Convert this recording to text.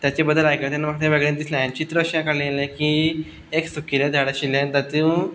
ताचें बद्दल आयकलें न्हू तेन्ना म्हाका वेगळेंच दिसलें हांवें चित्र अशें काडलेलें की एक सुकिल्लें झाड आशिल्लें आनी तातूंत